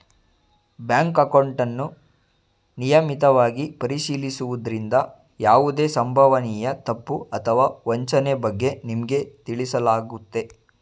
bank ಅಕೌಂಟನ್ನು ನಿಯಮಿತವಾಗಿ ಪರಿಶೀಲಿಸುವುದ್ರಿಂದ ಯಾವುದೇ ಸಂಭವನೀಯ ತಪ್ಪು ಅಥವಾ ವಂಚನೆ ಬಗ್ಗೆ ನಿಮ್ಗೆ ತಿಳಿಸಲಾಗುತ್ತೆ